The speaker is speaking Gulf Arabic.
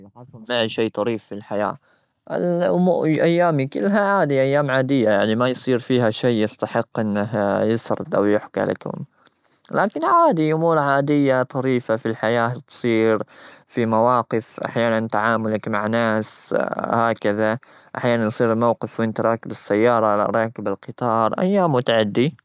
ما أذكر والله إني حصل معي شيء طريف في الحياة. الأمور-ال-أيامي كلها عادية، أيام عادية يعني ما يصير فيها شيء يستحق أنها يسرد أو يحكى لكم. لكن عادي، أمور عادية طريفة في الحياة تصير في مواقف أحيانا تعاملك مع ناس هكذا. أحيانا يصير الموقف وأنت راكب السيارة، لا راكب القطار. أيام وتعدي.